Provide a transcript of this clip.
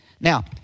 Now